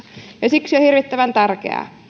ja siksi on hirvittävän tärkeää